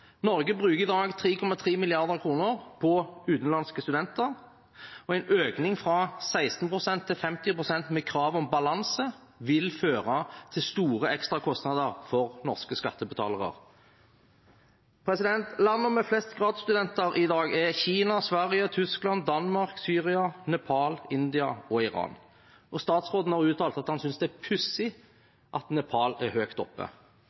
Norge bruker i dag 3,3 mrd. kr på utenlandske studenter, og en økning fra 16 pst. til 50 pst. vil med krav om balanse føre til store ekstrakostnader for norske skattebetalere. Landene med flest gradsstudenter i dag er Kina, Sverige, Tyskland, Danmark, Syria, Nepal, India og Iran. Statsråden har uttalt at han synes det er pussig at Nepal er høyt oppe.